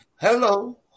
Hello